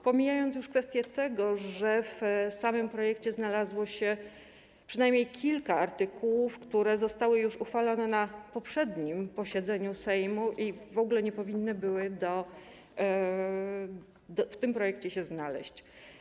Pomijam kwestię tego, że w samym projekcie znalazło się przynajmniej kilka artykułów, które zostały już uchwalone na poprzednim posiedzeniu Sejmu i w ogóle nie powinny były w tym projekcie się znaleźć.